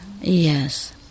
Yes